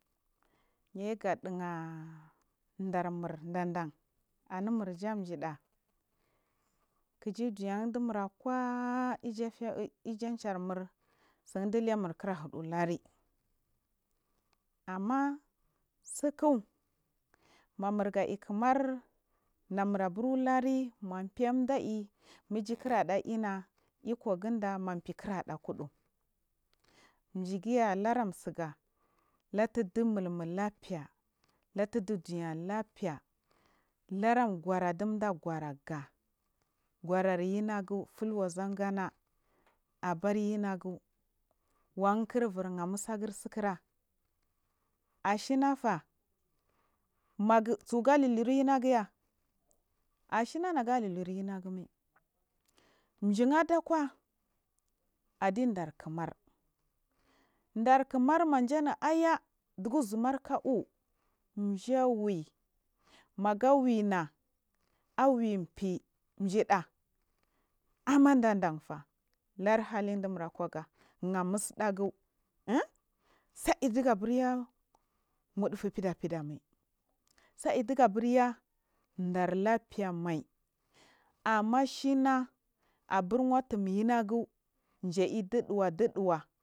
Yayiga ɗigan darmur dandan anumurja jimɗa kijid niya ɗumura waa yafaiy ya charmer tsen dilimu kir ghudi luri amma, tsaku ma mur ga ikimar mamuburahu fendo aiy mariju kiɗa dhir a ina ikogundi mafii ada kuɗu jiguya laram tsuga lafudu malmu lanfang la an gwora du dagworaga gi orar yinagu fulwazanga na abaryinagu wankir bur ha mutsaghi sikura, ashinata magu sugalilil yinaguya ashi na naga lilil yinaguma jiin adakusaw adin dar kinar da kima madamu aiya dufu uzum arka’u jawuy maga whey na wung fii jrela amma don ɗanfa lurhalidi mu kwa ga gha mustagu amma da nda fa gha mutsudagu sang digaburya wudufu fida fida mai sa idigaburya darlaɓfe mai amma shina aburwa tum yinagu gaidi dhunga di dhiwa di dhiwa